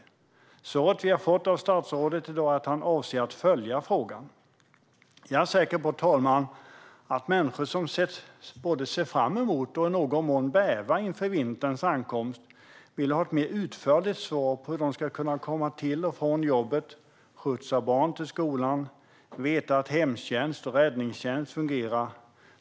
Det svar som vi har fått av statsrådet i dag är att han avser att följa frågan. Jag är säker på att människor som ser fram emot, och i någon mån bävar inför, vinterns ankomst vill ha ett mer utförligt svar på hur de ska kunna komma till och från jobbet, kunna skjutsa barn till skolan och veta att hemtjänst och räddningstjänst fungerar.